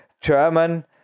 German